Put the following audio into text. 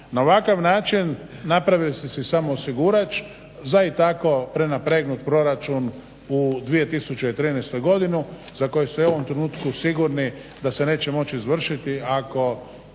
Na ovakav način napravili ste si samo osigurač za i tako prenapregnut proračun u 2013. godini za koji ste u ovom trenutku sigurni da se neće moći izvršiti ako